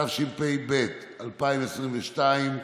התשפ"ב 2022,